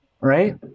right